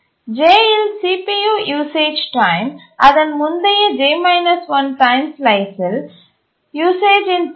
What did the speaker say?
j இல் CPU usage time அதன் முந்தைய j 1 டைம் ஸ்லைஸின் யூசேஜின் பாதி